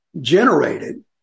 generated